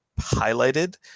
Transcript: highlighted